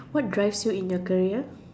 what drives you in your career